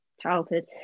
childhood